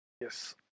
yes